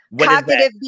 Cognitive